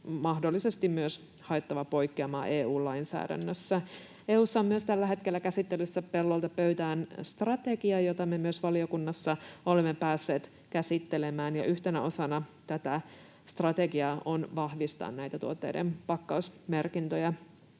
mahdollisesti myös haettava poikkeamaa EU-lainsäädännöstä. EU:ssa on tällä hetkellä käsittelyssä myös Pellolta pöytään ‑strategia, jota me myös valiokunnassa olemme päässeet käsittelemään. Yhtenä osana tätä strategiaa on vahvistaa näitä tuotteiden pakkausmerkintöjä.